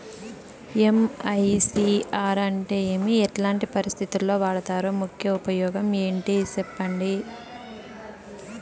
MICR అంటే ఏమి? ఎట్లాంటి పరిస్థితుల్లో వాడుతారు? ముఖ్య ఉపయోగం ఏంటి సెప్పండి?